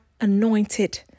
anointed